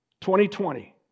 2020